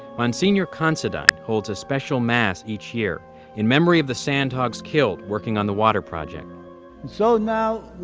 monsignor considine holds a special mass each year in memory of the sandhogs killed working on the water project so now,